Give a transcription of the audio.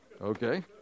Okay